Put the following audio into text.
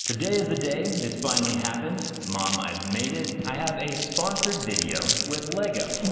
today is the day. it's finally happened. mom, i've made it. i have a sponsored video with lego.